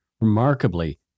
Remarkably